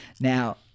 Now